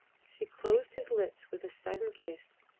she closed his lips with a sudden kiss,